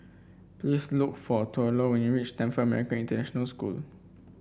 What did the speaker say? please look for Thurlow when you reach Stamford American International School